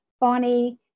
Bonnie